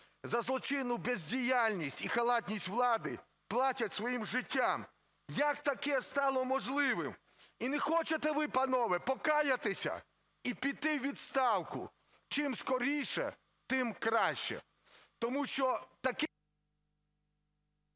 за злочинну бездіяльність і халатність влади платять своїм життям. Як таке стало можливим? І не хочете ви, панове, покаятися і піти у відставку, чим скоріше, тим краще? Тому що…